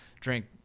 drink